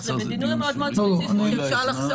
בדיונים מאוד מאוד ספציפיים אפשר לחסוך את ההגעה של העציר,